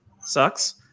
Sucks